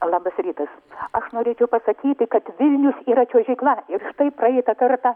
labas rytas aš norėčiau pasakyti kad vilnius yra čiuožykla ir štai praeitą kartą